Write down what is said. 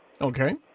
Okay